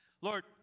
Lord